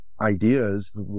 Ideas